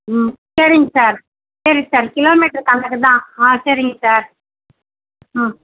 ம் சரிங்க சார் சரி சார் கிலோமீட்டர் கணக்குதான் ஆ சரிங்க சார் ஆ